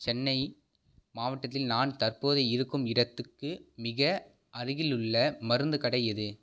சென்னை மாவட்டத்தில் நான் தற்போது இருக்கும் இடத்துக்கு மிக அருகிலுள்ள மருந்துக் கடை எது